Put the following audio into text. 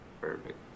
Perfect